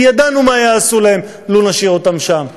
כי ידענו מה יעשו להם לו נשאיר אותם שם.